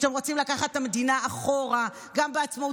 אתם רוצים לקחת את המדינה אחורה גם בעצמאות,